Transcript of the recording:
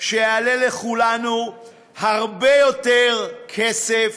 שיעלה לכולנו הרבה יותר כסף,